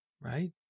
right